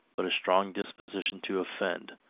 but a strong disposition to offend.